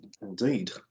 indeed